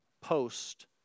post